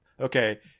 okay